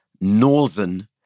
northern